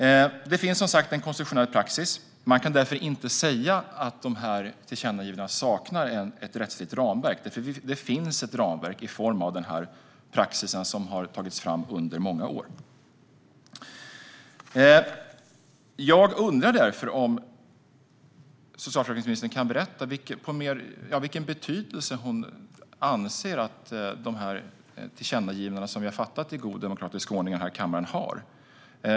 Men det finns som sagt en konstitutionell praxis. Man kan därför inte säga att de här tillkännagivandena saknar ett rättsligt ramverk. Det finns ett ramverk i form av den praxis som har tagits fram under många år. Jag undrar därför om socialförsäkringsministern kan berätta vilken betydelse hon anser att de här tillkännagivandena, som vi har fattat beslut om i god demokratisk ordning i den här kammaren, har.